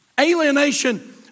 Alienation